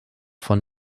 von